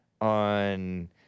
on